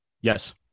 Yes